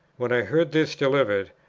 when i heard this delivered,